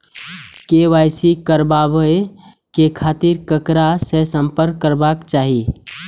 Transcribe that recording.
KYC कराबे के खातिर ककरा से संपर्क करबाक चाही?